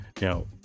now